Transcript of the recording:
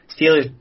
Steelers